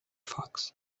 fox